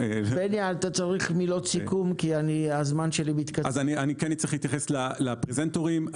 אני אתייחס לסוגיית הפרזנטורים.